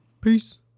peace